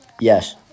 Yes